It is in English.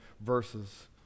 verses